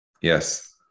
Yes